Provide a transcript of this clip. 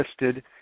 listed